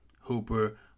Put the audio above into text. Hooper